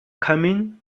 coming